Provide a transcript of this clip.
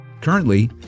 currently